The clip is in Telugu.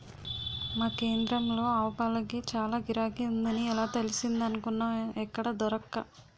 మా కేంద్రంలో ఆవుపాలకి చాల గిరాకీ ఉందని ఎలా తెలిసిందనుకున్నావ్ ఎక్కడా దొరక్క